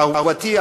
"אהובתי,